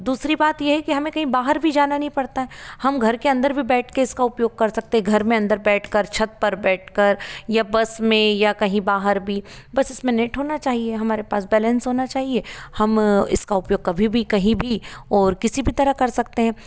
दूसरी बात यह है कि हमें कहीं बाहर भी जाना नहीं पड़ता है हम घर के अंदर भी बैठ कर इसका उपयोग कर सकते हैं घर में अंदर बैठ कर छत पर बैठ कर या बस में या कहीं बाहर भी बस इसमें नेट होना चाहिए हमारे पास बैलेंस होना चाहिए हम इसका उपयोग कभी भी कहीं भी और किसी भी तरह कर सकते हैं